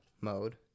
mode